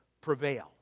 prevail